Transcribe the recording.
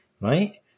right